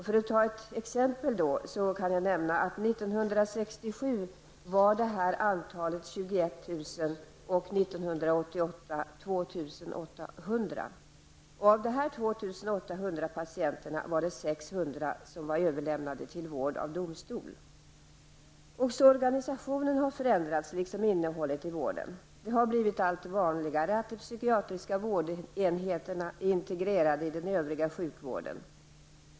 För att ta ett exempel kan jag nämna att detta antal 1967 var 21 000 och 1988 Också organisationen har förändrats, liksom innehållet i vården. Det har blivit allt vanligare att de psykiatriska vårdenheterna är integrerade i övriga sjukvården.